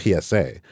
PSA